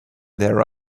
their